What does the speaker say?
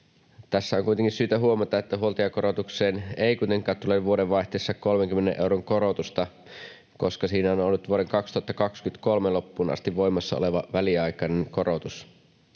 Tässä on kuitenkin syytä huomata, että huoltajakorotukseen ei kuitenkaan tulee vuodenvaihteessa 30 euron korotusta, koska siinä on ollut vuoden 2023 loppuun asti voimassa oleva väliaikainen korotus.